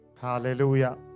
hallelujah